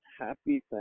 Happy